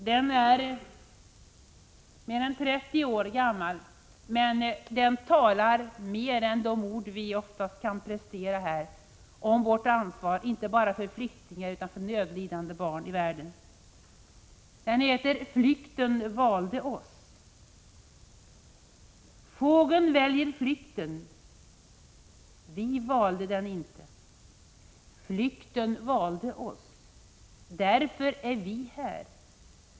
Den är mer än 30 år gammal, men den säger mer än de ord vi här ofta kan prestera om vårt ansvar, inte bara för flyktingar utan för nödlidande barn i världen. Den heter Flykten valde OSS. Fågeln väljer flykten. Vi valde den icke. Flykten valde oss. Därför är vi här.